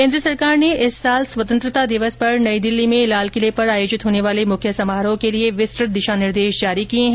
केन्द्र सरकार ने इस वर्ष स्वतंत्रता दिवस पर नई दिल्ली में लाल किले पर आयोजित होने वाले मुख्य समारोह के लिए विस्तृत दिशा निर्देश जारी किए हैं